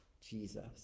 Jesus